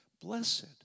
Blessed